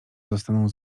zostaną